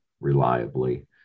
reliably